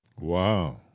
Wow